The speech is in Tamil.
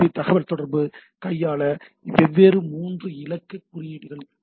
பி தகவல்தொடர்பு கையாள வெவ்வேறு 3 இலக்க குறியீடு உள்ளன